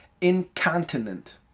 incontinent